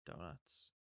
donuts